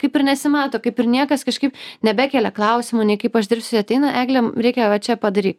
kaip ir nesimato kaip ir niekas kažkaip nebekelia klausimų nei kaip aš dirbsiu ir ateina eglė reikia va čia padaryt